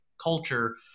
culture